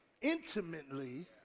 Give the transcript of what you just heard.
intimately